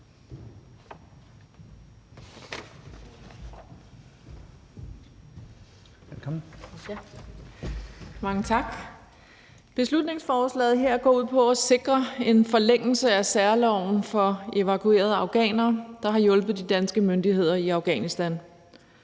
Beslutningsforslaget her går ud på at sikre en forlængelse af særloven for evakuerede afghanere, der har hjulpet de danske myndigheder i Afghanistan.